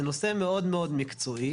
זה נושא מאוד מאוד מקצועי.